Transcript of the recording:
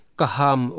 kaham